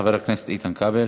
חבר הכנסת איתן כבל,